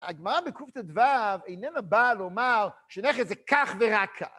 הגמרא בקט"ו איננה באה לומר שנכס זה כך ורק כך.